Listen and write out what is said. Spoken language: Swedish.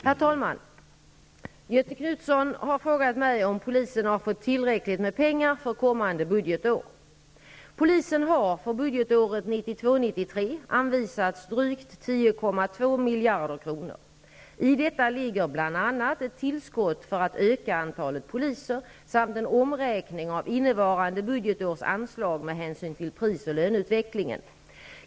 Herr talman! Göthe Knutson har frågat mig om polisen har fått tillräckligt med pengar för kommande budgetår. 10,2 miljarder kronor. I detta ligger bl.a. ett tillskott för att öka antalet poliser samt en omräkning av innevarande budgetårs anslag med hänsyn till prisoch löneutvecklingen.